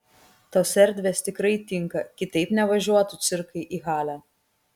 tos erdvės tikrai tinka kitaip nevažiuotų cirkai į halę